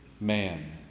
man